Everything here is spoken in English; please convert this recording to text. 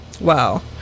Wow